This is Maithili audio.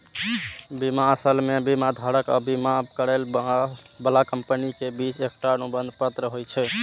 बीमा असल मे बीमाधारक आ बीमा करै बला कंपनी के बीच एकटा अनुबंध पत्र होइ छै